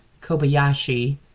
Kobayashi